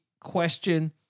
question